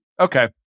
Okay